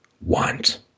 want